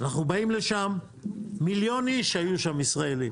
אנחנו באים לשם, מיליון איש היו שם, ישראלים.